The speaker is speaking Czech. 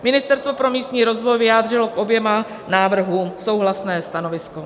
Ministerstvo pro místní rozvoj vyjádřilo k oběma návrhům souhlasné stanovisko.